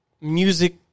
music